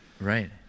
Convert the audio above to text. right